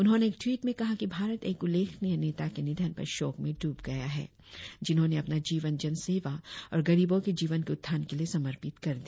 उन्होंने एक टवीट में कहा कि भारत एक उल्लेखनीय नेता के निधन पर शोक में डूब गया है जिन्होंने अपना जीवन जनसेवा और गरीबों के जीवन के उत्थान के लिए समर्पित कर दिया